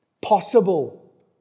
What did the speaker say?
possible